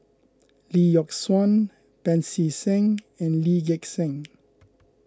Lee Yock Suan Pancy Seng and Lee Gek Seng